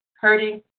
hurting